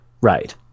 Right